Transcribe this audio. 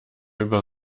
über